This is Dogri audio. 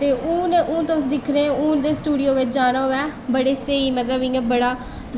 ते हून तुस दिक्खने हून ते स्टूडियो बिच्च जाना होऐ बड़े स्हेई मतलब इ'यां बड़ा